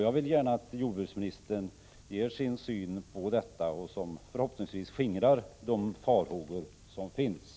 Jag vill gärna att jordbruksministern ger sin syn på detta och förhoppningsvis skingrar farhågorna.